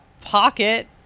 pocket